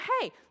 hey